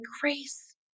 grace